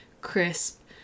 crisp